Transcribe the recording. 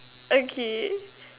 okay